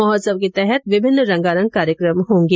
महोत्सव के तहत विभिन्न रंगारंग कार्यक्रम होंगे